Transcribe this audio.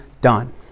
done